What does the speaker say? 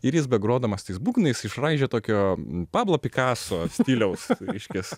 ir jis begrodamas tais būgnais išraižė tokio pablo pikaso stiliaus reiškias